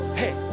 hey